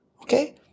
Okay